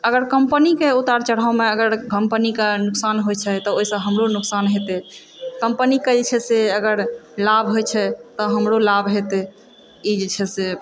अगर कम्पनीकेँ उतार चढ़ावमे अगर कम्पनीके नोकसान होइ छै तऽ ओहिसँ हमरो नोकसान हेतै कम्पनीके जे छै से अगर लाभ होइ छै तऽ हमरो लाभ हेतै ई जे छै से